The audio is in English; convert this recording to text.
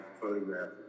photograph